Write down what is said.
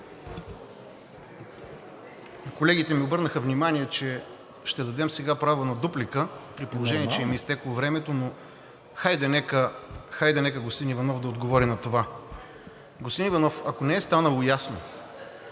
Колегите ми обърнаха внимание, че ще дадем сега право на дуплика, при положение че им е изтекло времето, но хайде нека господин Иванов да отговори на това. Господин Иванов, ако не е станало ясно,